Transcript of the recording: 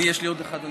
יש לי עוד אחד.